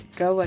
go